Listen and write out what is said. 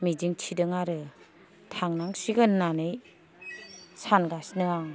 मिजिं थिदों आरो थांनांसिगोन होन्नानै सानगासिनो आं